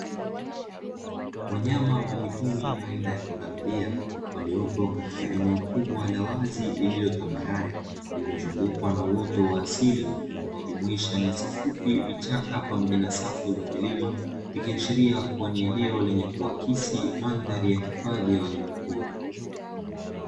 Wanyama wa mwituni aina ya pundamilia waliopo katika eneo kubwa la wazi iliyo tambalale, uliyozungukwa na uoto waasiili unaojumuisha nyasi fupi, vichaka pamoja na safu za milima, ikiashiria kuwa ni eneo lenye kuakisi mandhari ya hifadhi ya wanyama pori.